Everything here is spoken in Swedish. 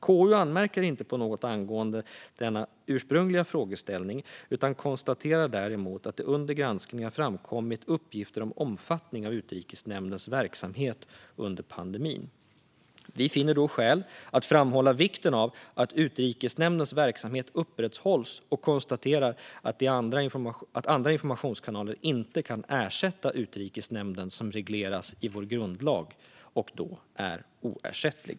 KU anmärker inte på något angående denna ursprungliga frågeställning men konstaterar däremot att det under granskningen framkommit uppgifter om omfattningen av Utrikesnämndens verksamhet under pandemin. Vi finner då skäl att framhålla vikten av att Utrikesnämndens verksamhet upprätthålls och konstaterar att andra informationskanaler inte kan ersätta Utrikesnämnden, som regleras i vår grundlag och då är oersättlig.